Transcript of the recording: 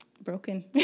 broken